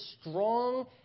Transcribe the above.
strong